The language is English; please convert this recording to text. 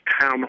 town